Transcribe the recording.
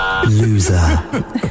Loser